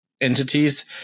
entities